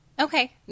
Okay